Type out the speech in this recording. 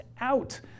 out